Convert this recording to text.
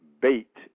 bait